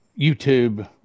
YouTube